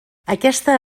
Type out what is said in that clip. aquesta